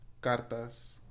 cartas